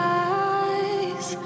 eyes